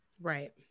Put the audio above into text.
right